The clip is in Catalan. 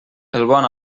bon